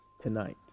Tonight